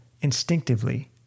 instinctively